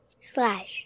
slash